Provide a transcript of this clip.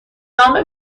نام